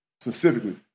Specifically